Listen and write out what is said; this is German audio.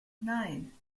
nein